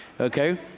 Okay